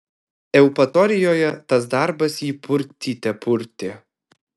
eupatorijoje tas darbas jį purtyte purtė